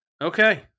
Okay